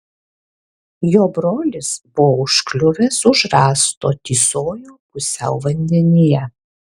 jo brolis buvo užkliuvęs už rąsto tysojo pusiau vandenyje